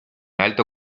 alto